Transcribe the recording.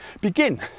Begin